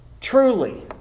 Truly